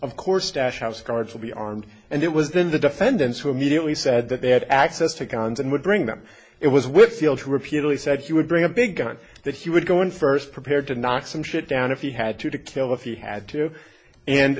of course stash house guards will be armed and it was then the defendants who immediately said that they had access to guns and would bring them it was whitfield who repeatedly said he would bring a big gun that he would go in first prepared to knock some shit down if he had to to kill if he had to and